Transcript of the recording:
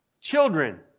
children